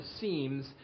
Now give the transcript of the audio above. seams